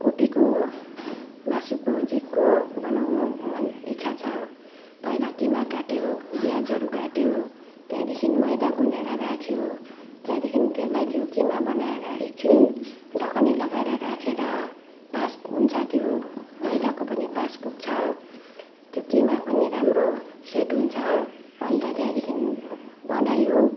कोपीको मासुको जेको बनाउनु मन इच्छा छ पहिला किमा काट्यो प्याजहरू काट्यो त्यहाँदेखि मैदा गुनेर राख्यो त्यहाँदेखि त्यसलाई त्यो किमा बनाएर एकछिन ढकनी लगाएर राखेर पास हुन्छ त्यो मैदाको पनि पास पुग्छ त्यो किमाको पनि राम्रो सेट हुन्छ अन्त त्यहाँदेखि बनायो